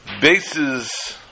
bases